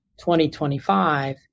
2025